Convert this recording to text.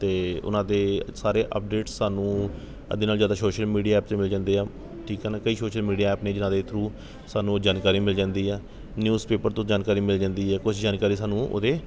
ਅਤੇ ਉਨ੍ਹਾਂ ਦੇ ਸਾਰੇ ਅੱਪਡੇਟ ਸਾਨੂੰ ਅੱਧੇ ਨਾਲੋਂ ਜ਼ਿਆਦਾ ਸ਼ੋਸ਼ਲ ਮੀਡੀਆ ਐਪ 'ਚ ਮਿਲ ਜਾਂਦੇ ਆ ਠੀਕ ਹੈ ਨਾ ਕਈ ਸ਼ੋਸ਼ਲ ਮੀਡੀਆ ਐਪ ਨੇ ਜਿਨ੍ਹਾਂ ਦੇ ਥਰੂ ਸਾਨੂੰ ਉਹ ਜਾਣਕਾਰੀ ਮਿਲ ਜਾਂਦੀ ਹੈ ਨਿਊਜ਼ ਪੇਪਰ ਤੋਂ ਜਾਣਕਾਰੀ ਮਿਲ ਜਾਂਦੀ ਹੈ ਕੁਛ ਜਾਣਕਾਰੀ ਸਾਨੂੰ ਉਹਦੇ